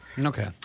Okay